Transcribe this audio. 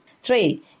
Three